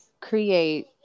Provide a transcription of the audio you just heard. create